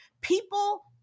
People